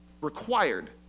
Required